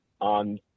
on